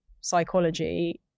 psychology